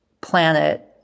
planet